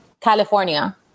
California